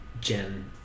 Jen